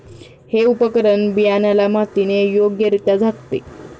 हे उपकरण बियाण्याला मातीने योग्यरित्या झाकते